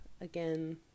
again